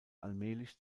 allmählich